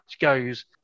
goes